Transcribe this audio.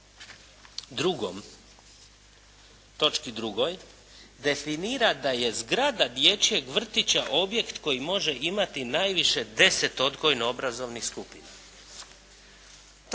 članku 2. točki 2. definira da je zgrada dječjeg vrtića objekt koji može imati najviše deset odgojno-obrazovnih skupina.